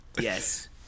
Yes